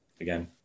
again